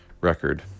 record